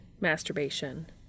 Masturbation